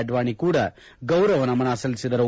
ಅಡ್ವಾನಿ ಕೂಡ ಗೌರವ ನಮನ ಸಲ್ಲಿಸಿದರು